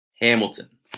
Hamilton